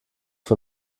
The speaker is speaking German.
für